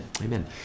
amen